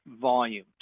volume